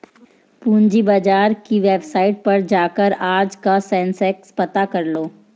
पूंजी बाजार की वेबसाईट पर जाकर आज का सेंसेक्स पता करलो